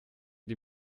die